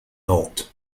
not